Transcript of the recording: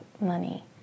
money